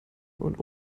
und